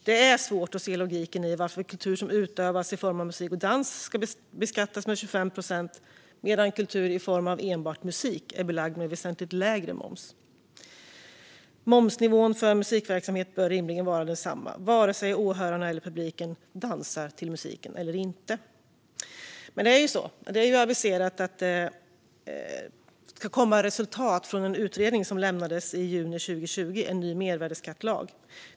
Det är svårt att se logiken i att kultur som utövas i form av musik och dans ska beskattas med 25 procent medan kultur i form av enbart musik är belagd med väsentligt lägre moms. Momsnivån för musikverksamhet bör rimligen vara densamma vare sig åhörarna eller publiken dansar till musiken eller inte. Det har aviserats att resultatet av en utredning som blev klar i juni 2020, En ny mervärdesskattelag , ska komma.